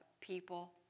people